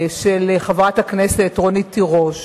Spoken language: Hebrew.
של חברת הכנסת רונית תירוש.